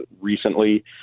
recently